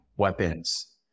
weapons